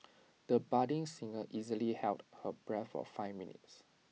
the budding singer easily held her breath for five minutes